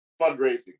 fundraising